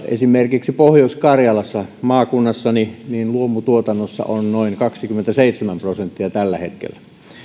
esimerkiksi pohjois karjalassa maakunnassani luomutuotannossa on noin kaksikymmentäseitsemän prosenttia tällä hetkellä